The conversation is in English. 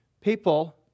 people